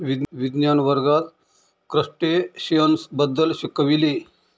विज्ञान वर्गात क्रस्टेशियन्स बद्दल शिकविले